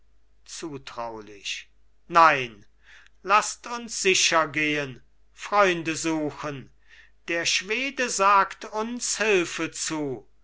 zutraulich nein laßt uns sichergehen freunde suchen der schwede sagt uns hülfe zu